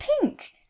pink